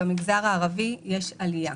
במגזר הערבי יש עלייה.